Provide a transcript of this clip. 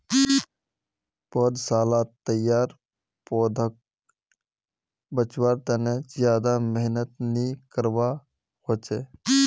पौधसालात तैयार पौधाक बच्वार तने ज्यादा मेहनत नि करवा होचे